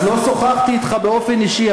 אז לא שוחחתי אתך באופן אישי,